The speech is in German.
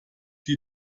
die